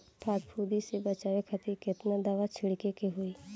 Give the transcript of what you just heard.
फाफूंदी से बचाव खातिर केतना दावा छीड़के के होई?